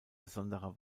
besonderer